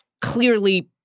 Clearly